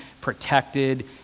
protected